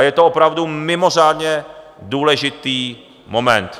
Je to opravdu mimořádně důležitý moment.